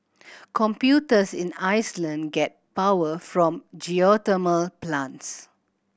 computers in Iceland get power from geothermal plants